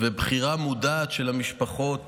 ובחירה מודעת של המשפחות